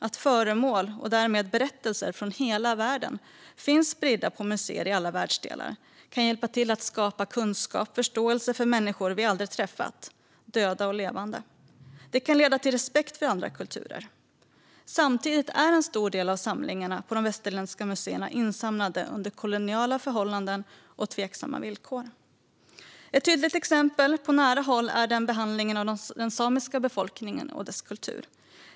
Att föremål och därmed berättelser från hela världen finns spridda på museer i alla världsdelar kan hjälpa till att skapa kunskap och förståelse för människor vi aldrig träffat, både döda och levande. Det kan leda till respekt för andra kulturer. Samtidigt är en stor del av samlingarna på de västerländska museerna insamlade under koloniala förhållanden och tveksamma villkor. Ett tydligt exempel på nära håll är behandlingen av den samiska befolkningen och dess kultur.